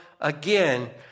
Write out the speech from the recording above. again